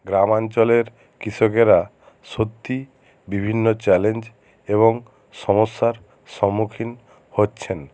গ্রামাঞ্চলের কৃষকেরা সত্যিই বিভিন্ন চ্যালেঞ্জ এবং সমস্যার সম্মুখীন হচ্ছেন